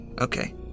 Okay